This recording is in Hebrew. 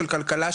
של כלכלה,